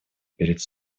перед